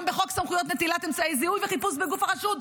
גם בחוק סמכויות נטילת אמצעי זיהוי וחיפוש בגוף החשוד.